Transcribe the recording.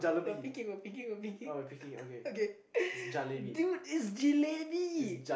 we're peaking we're peaking we're peaking okay dude it's jalebi